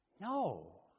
No